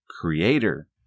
creator